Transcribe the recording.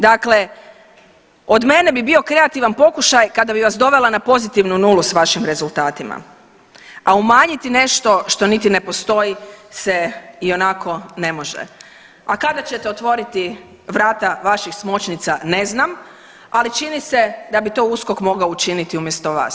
Dakle, od mene bi bio kreativan pokušaj kada bi vas dovela na pozitivnu nulu s vašim rezultatima, a umanjiti nešto što niti ne postoji se ionako ne može, a kada ćete otvoriti vrata vaših smočnica ne znam, ali čini se da bi to USKOK mogao učiniti umjesto vas.